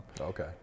Okay